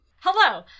Hello